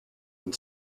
and